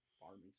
Farming